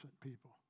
people